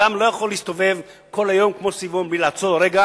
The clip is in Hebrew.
אדם לא יכול להסתובב כל היום כמו סביבון בלי לעצור רגע